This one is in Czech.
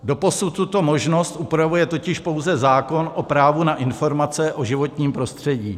Doposud tuto možnost upravuje totiž pouze zákon o právo na informace o životním prostředí.